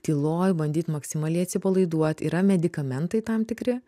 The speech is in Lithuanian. tyloj bandyt maksimaliai atsipalaiduot yra medikamentai tam tikri